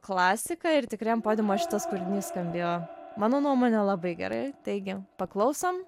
klasika ir tikrai ant podiumo šitas kūrinys skambėjo mano nuomone labai gerai taigi paklausom